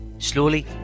Slowly